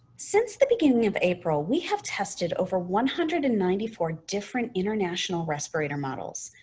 since the beginning of april, we have tested over one hundred and ninety four different international respirator models.